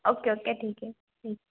okay okay ठीक है ठीक